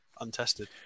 untested